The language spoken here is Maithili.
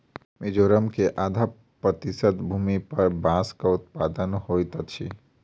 मिजोरम के आधा प्रतिशत भूमि पर बांसक उत्पादन होइत अछि